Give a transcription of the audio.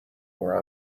where